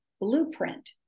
blueprint